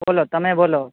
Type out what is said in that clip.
બોલો તમે બોલો